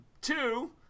Two